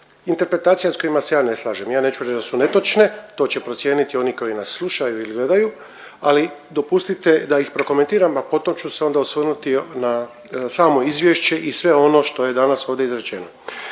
interpretacija s kojima se ja ne slažem, ja neću reć da su netočne, to će procijeniti oni koji nas slušaju ili gledaju, ali dopustite da ih prokomentiram, a potom ću se onda osvrnuti na samo izvješće i sve ono što je danas ovdje izrečeno.